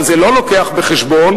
אבל זה לא מביא בחשבון,